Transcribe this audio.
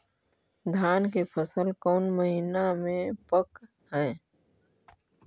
धान के फसल कौन महिना मे पक हैं?